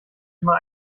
immer